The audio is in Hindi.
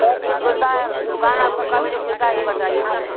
कै बजे खुलता है दुकान आपका कै बजे खुलता है ये बताइए पहले